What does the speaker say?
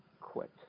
quit